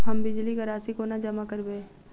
हम बिजली कऽ राशि कोना जमा करबै?